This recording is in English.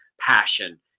passion